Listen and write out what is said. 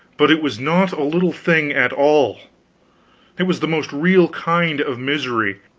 but it was not a little thing at all it was the most real kind of misery.